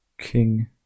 King